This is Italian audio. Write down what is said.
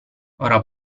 ora